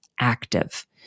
active